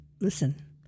Listen